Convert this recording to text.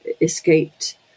escaped